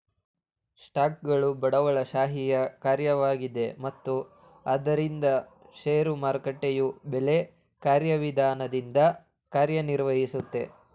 ಸ್ಟಾಕ್ಗಳು ಬಂಡವಾಳಶಾಹಿಯ ಕಾರ್ಯವಾಗಿದೆ ಮತ್ತು ಆದ್ದರಿಂದ ಷೇರು ಮಾರುಕಟ್ಟೆಯು ಬೆಲೆ ಕಾರ್ಯವಿಧಾನದಿಂದ ಕಾರ್ಯನಿರ್ವಹಿಸುತ್ತೆ